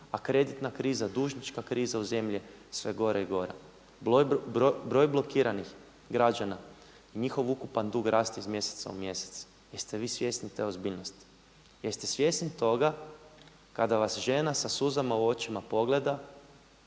a kreditna kriza, dužnička kriza u zemlji je sve gora i gora. Broj blokiranih građana, njihov ukupan dug raste iz mjeseca u mjesec. Jeste li vi svjesni te ozbiljnosti? Jeste svjesni toga kada vas žena sa suzama u očima pogleda